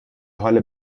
حال